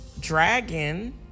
dragon